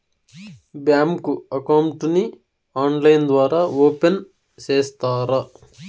Bank account ని online ద్వారా open సేస్తారా?